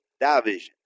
division